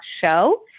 Show